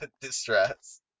distress